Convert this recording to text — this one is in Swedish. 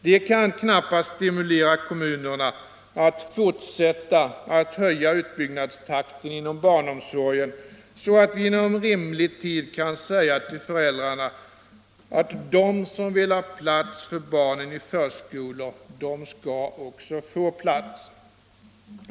Det kan knappast stimulera kommunerna att fortsätta att höja utbyggnadstakten inom barnomsorgen, så att vi inom rimlig tid kan säga till föräldrarna att de som vill ha plats för barnen i förskolor också skall få plats.